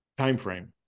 timeframe